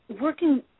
working